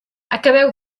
acabeu